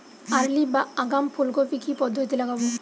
Early বা আগাম ফুল কপি কি পদ্ধতিতে লাগাবো?